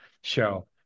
show